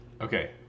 Okay